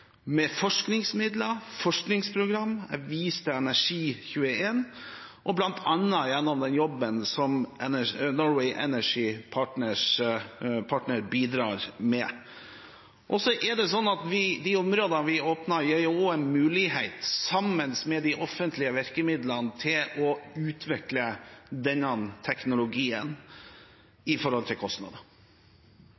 med forskningsmidler, forskningsprogram – jeg viste til Energi21 – og bl.a. gjennom den jobben som Norwegian Energy Partners bidrar med. De områdene vi åpner, gir også en mulighet, sammen med de offentlige virkemidlene, til å utvikle denne teknologien